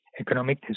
economic